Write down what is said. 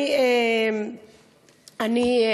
אני,